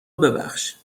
ببخش